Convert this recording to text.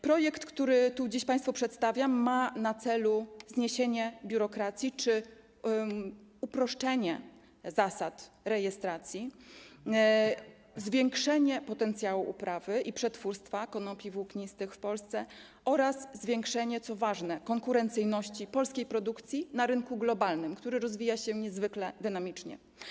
Projekt, który tu dziś państwu przedstawiam, ma na celu zniesienie biurokracji czy uproszczenie zasad rejestracji, zwiększenie potencjału uprawy i przetwórstwa konopi włóknistych w Polsce oraz zwiększenie, co ważne, konkurencyjności polskiej produkcji na rynku globalnym, który rozwija się niezwykle dynamicznie.